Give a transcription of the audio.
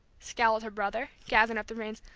scowled her brother, gathering up the reins.